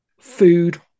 food